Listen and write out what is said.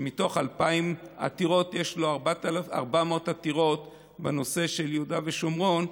שמתוך 2,000 עתירות יש לו 400 עתירות בנושא של יהודה ושומרון,